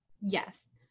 Yes